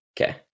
Okay